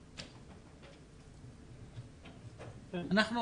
אנחנו